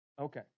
Okay